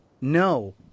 No